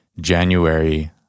January